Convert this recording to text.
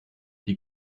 die